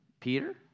Peter